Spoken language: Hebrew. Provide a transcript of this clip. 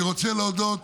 אני רוצה להודות